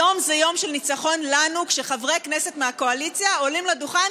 היום זה יום של ניצחון לנו כשחברי כנסת מהקואליציה עולים לדוכן,